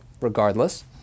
regardless